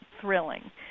thrilling